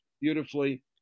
beautifully